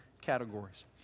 categories